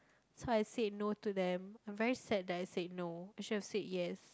so I said no to them I'm very sad that I said no I should have said yes